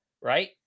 right